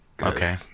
Okay